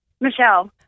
Michelle